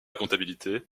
comptabilité